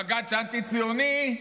בג"ץ אנטי-ציוני,